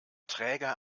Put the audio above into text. träger